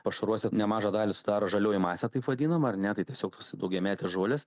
pašaruose nemažą dalį sudaro žalioji masė taip vadinama ar ne tai tiesiog daugiametės žolės